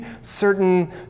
certain